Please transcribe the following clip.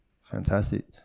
Fantastic